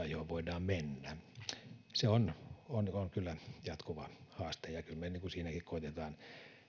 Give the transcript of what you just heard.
johon voidaan mennä se on on kyllä jatkuva haaste ja kyllä me siinäkin koetamme